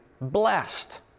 blessed